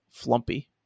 flumpy